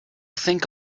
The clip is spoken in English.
think